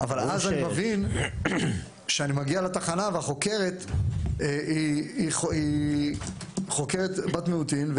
-- אבל אז אני מבין כשאני מגיע לתחנה שהחוקרת היא בת מיעוטים,